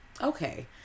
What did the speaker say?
Okay